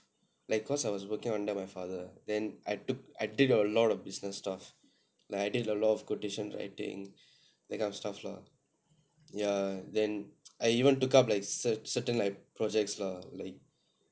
like cause I was working under my father then I took I did a lot of business stuff like I did a lot of quotation writing that kind of stuff lah ya then I even took up like certain certain like projects lah like